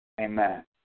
Amen